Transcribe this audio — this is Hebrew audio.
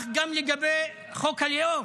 גם לגבי חוק הלאום,